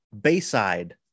Bayside